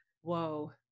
Whoa